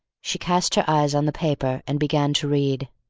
she cast her eyes on the paper and began to read